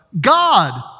God